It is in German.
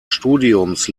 studiums